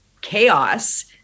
chaos